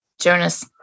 Jonas